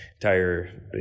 entire